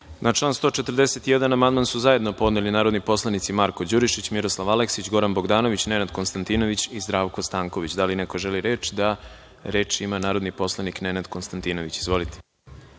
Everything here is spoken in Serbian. se. Na član 141. amandman su zajedno podneli narodni poslanici Marko Đurišić, Miroslav Aleksić, Goran Bogdanović, Nenad Konstantinović i Zdravko Stanković. Da li neko želi reč? Reč ima narodni poslanik Nenad Konstantinović. Izvolite.